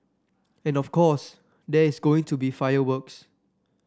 and of course there's going to be fireworks